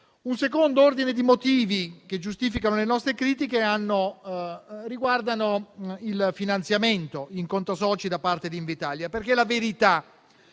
Un secondo ordine di motivi che giustificano le nostre critiche riguarda il finanziamento in conto soci da parte di Invitalia. La verità